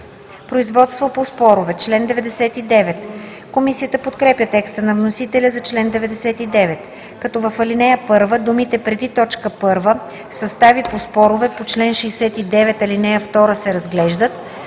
Производство по спорове“. Комисията подкрепя текста на вносителя за чл. 99, като в ал. 1 думите преди т. 1 „Състави по спорове по чл. 69, ал. 2 разглеждат“